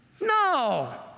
no